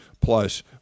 plus